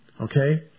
Okay